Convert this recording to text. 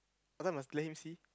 I thought must let him see